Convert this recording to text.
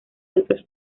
otros